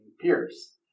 peers